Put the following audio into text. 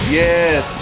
yes